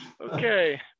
okay